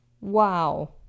Wow